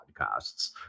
podcasts